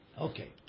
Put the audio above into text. Okay